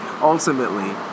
ultimately